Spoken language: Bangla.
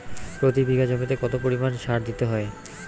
প্রতি বিঘা জমিতে কত পরিমাণ সার দিতে হয়?